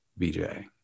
BJ